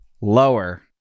Lower